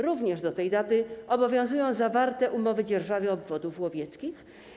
Również do tej daty obowiązują zawarte umowy dzierżawy obwodów łowieckich.